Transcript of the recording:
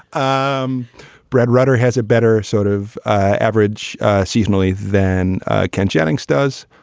um brad rutter has a better sort of average seasonally than ken jennings does.